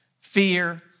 fear